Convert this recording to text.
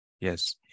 Yes